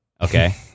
Okay